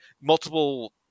multiple